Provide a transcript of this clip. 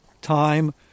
time